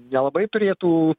nelabai turėtų